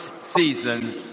season